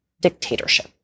dictatorship